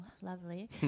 lovely